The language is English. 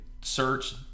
search